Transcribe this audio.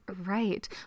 Right